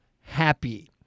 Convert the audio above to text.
happy